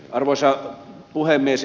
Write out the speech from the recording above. arvoisa puhemies